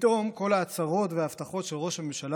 פתאום כל ההצהרות וההבטחות של ראש הממשלה